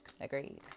Agreed